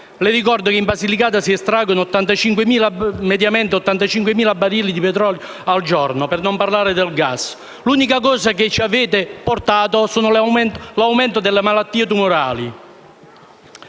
Le ricordo che in Basilicata si estraggono mediamente 85.000 barili di petrolio al giorno, per non parlare del gas. L'unica cosa che ci avete portato è stato l'aumento delle malattie tumorali.